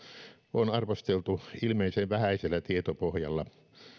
on arvosteltu ilmeisen vähäisellä tietopohjalla